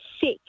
sick